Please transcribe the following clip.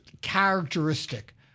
characteristic